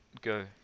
Go